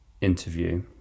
interview